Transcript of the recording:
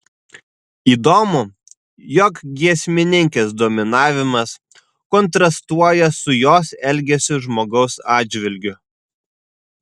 įdomu jog giesmininkės dominavimas kontrastuoja su jos elgesiu žmogaus atžvilgiu